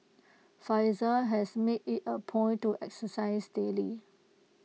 Faizal has made IT A point to exercise daily